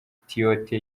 tiote